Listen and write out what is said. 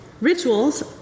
Rituals